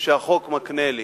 שהחוק מקנה לי